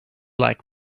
like